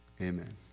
Amen